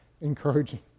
encouraging